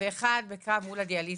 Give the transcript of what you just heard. ואחד בקרב מול הדיאליזה.